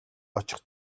очих